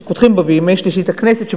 שפותחים בו בימי שלישי את הכנסת,